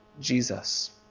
Jesus